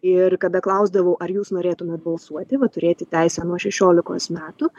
ir kada klausdavau ar jūs norėtumėt balsuoti va turėti teisę nuo šešiolikos metų